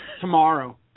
tomorrow